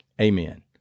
Amen